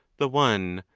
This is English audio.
the one,